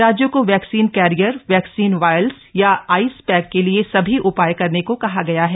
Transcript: राज्यों को vaccine carrier vaccine vials या आइसपैक के लिए सभी उपाय करने को कहा गया है